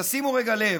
תשימו רגע לב.